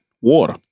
Water